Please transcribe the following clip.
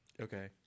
Okay